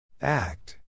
Act